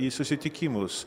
į susitikimus